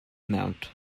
mount